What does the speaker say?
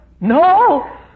No